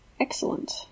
Excellent